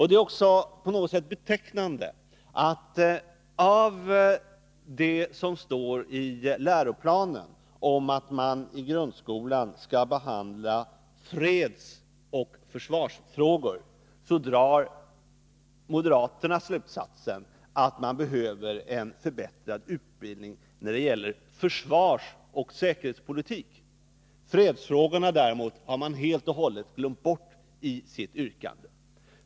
Det är också på något sätt betecknande att moderaterna, av det som står i läroplanen om att man i grundskolan skall behandla fredsoch försvarsfrågor, drar slutsatsen att vi behöver en förbättrad utbildning när det gäller försvarsoch säkerhetspolitik. Fredsfrågorna däremot har de helt och hållet glömt bort i sina yrkanden.